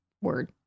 word